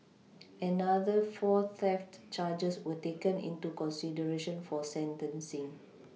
another four theft charges were taken into consideration for sentencing